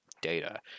data